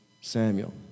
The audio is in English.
Samuel